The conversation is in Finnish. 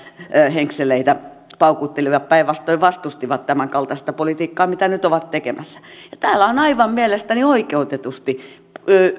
henkseleitä paukuttelivat päinvastoin vastustivat tämänkaltaista politiikkaa mitä nyt ovat tekemässä täällä on aivan mielestäni oikeutetusti